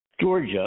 Georgia